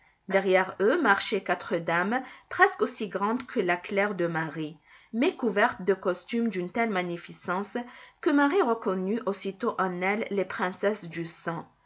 derrière eux marchaient quatre dames presque aussi grandes que la claire de marie mais couvertes de costumes d'une telle magnificence que marie reconnut aussitôt en elles les princesses du sang